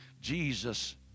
Jesus